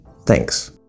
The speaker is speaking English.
Thanks